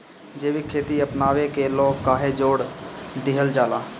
जैविक खेती अपनावे के लोग काहे जोड़ दिहल जाता?